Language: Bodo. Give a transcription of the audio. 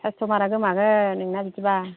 कास्त'मार आ गोमागोन नोंना बिदिबा